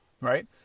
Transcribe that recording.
right